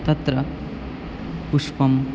तत्र पुष्पम्